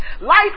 Life